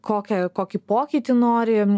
kokią kokį pokytį norime